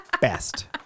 Best